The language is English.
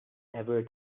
ever